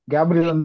Gabriel